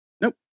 Nope